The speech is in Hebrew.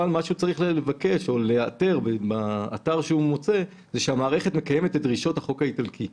צריך למצוא באותו אתר שהמערכת מקיימת את דרישות החוק האיטלקי.